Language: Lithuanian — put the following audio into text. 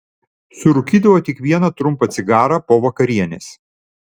surūkydavo tik vieną trumpą cigarą po vakarienės